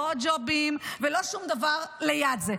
לא ג'ובים ולא שום דבר ליד זה.